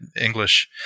English